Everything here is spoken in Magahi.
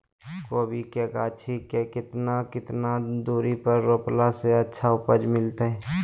कोबी के गाछी के कितना कितना दूरी पर रोपला से अच्छा उपज मिलतैय?